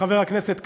חבר הכנסת כבל,